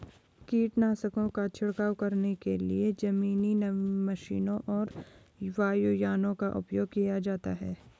कीटनाशकों का छिड़काव करने के लिए जमीनी मशीनों और वायुयानों का उपयोग किया जाता है